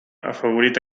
afavorit